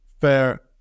fair